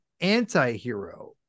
anti-hero